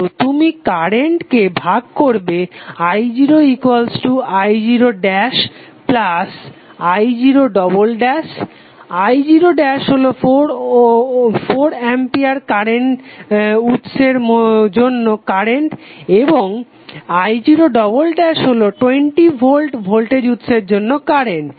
তো তুমি কারেন্টকে ভাগ করবে i0i0i0 i0 হলো 4 অ্যাম্পিয়ার কারেন্ট উৎসের জন্য কারেন্ট এবং i0 হলো 20 ভোল্ট ভোল্টেজ উৎসের জন্য কারেন্ট